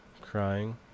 crying